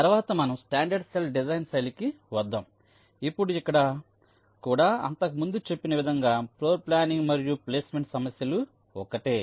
తర్వాత మనం standard cell design శైలికి వద్దాం ఇప్పుడు ఇక్కడ కూడా అంతకు ముందు చెప్పిన విధంగానే ఫ్లోర్ ప్లానింగ్ మరియు ప్లేస్మెంట్ సమస్యలు ఒక్కటే